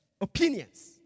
opinions